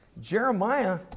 Jeremiah